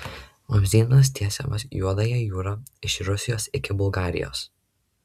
vamzdynas tiesiamas juodąja jūra iš rusijos iki bulgarijos